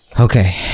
Okay